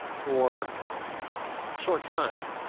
for a short time.